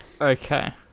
okay